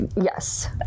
Yes